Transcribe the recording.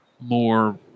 more